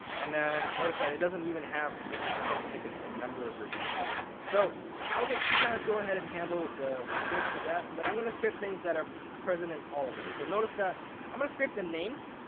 and then notice that it doesn't even have what this number is. i think it's the number of reviews here. so i'll let you guys go ahead and handle the the scraping of that, but i'm going to scrape things that are present in all of them. so notice that i'm going to scrape the names.